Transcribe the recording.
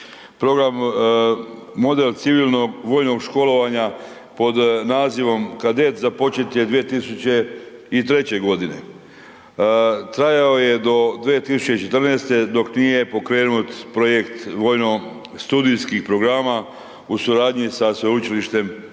program modela civilnog vojnog školovanja pod nazivom „Kadet“ započet je 2003. g., trajao je do 2014. dok nije pokrenut projekt vojno-studijskih programa u suradnji sa Sveučilištem u